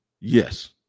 Yes